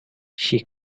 she